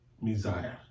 Messiah